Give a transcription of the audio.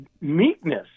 meekness